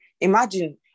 Imagine